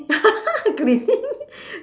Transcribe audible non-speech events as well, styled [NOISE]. [LAUGHS] cleaning